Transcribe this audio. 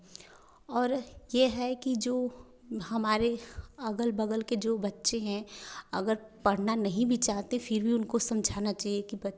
और यह है कि जो हमारे अगल बगल के जो बच्चे हैं अगर पढ़ना नहीं भी चाहते फिर भी उनको समझाना चाहिए कि